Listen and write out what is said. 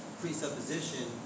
presupposition